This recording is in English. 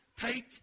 take